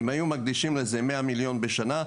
אם היו מקדישים לזה 100,000,000 בשנה,